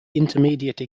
intermediate